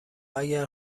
اگر